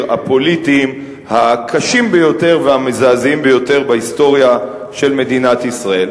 הפוליטיים הקשים ביותר והמזעזעים ביותר בהיסטוריה של מדינת ישראל.